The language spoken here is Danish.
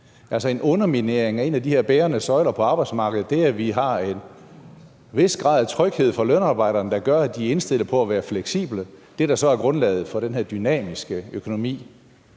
en underminering af en af de her bærende søjler på arbejdsmarkedet, det, at vi har en vis grad af tryghed for lønarbejderne, der gør, at de er indstillet på at være fleksible, det, der så er grundlaget for den her dynamiske økonomi